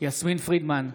יסמין פרידמן,